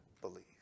believe